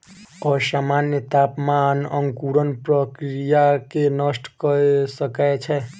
असामन्य तापमान अंकुरण प्रक्रिया के नष्ट कय सकै छै